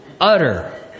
Utter